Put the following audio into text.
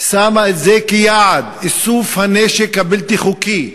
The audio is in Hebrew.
הייתה שמה כיעד את איסוף הנשק הבלתי-חוקי,